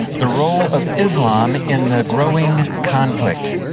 the role of islam in the growing conflict.